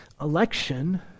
election